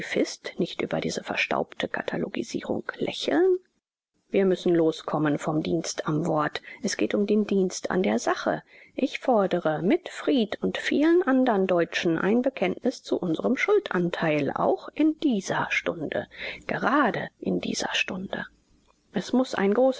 pazifist nicht über diese verstaubte katalogisierung lächeln wir müssen loskommen vom dienst am wort es geht um den dienst an der sache ich fordere mit fried und vielen andern deutschen ein bekenntnis zu unserm schuldanteil auch in dieser stunde gerade in dieser stunde es muß ein